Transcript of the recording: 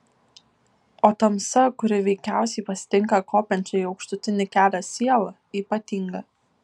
o tamsa kuri veikiausiai pasitinka kopiančią į aukštutinį kelią sielą ypatinga